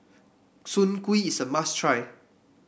Soon Kuih is a must try